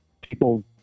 people